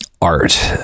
art